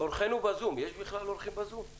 אורחינו בזום, יש